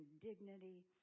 dignity